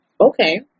Okay